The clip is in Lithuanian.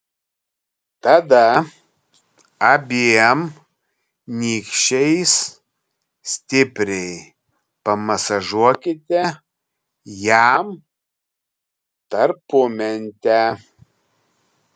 tada abiem nykščiais stipriai pamasažuokite jam tarpumentę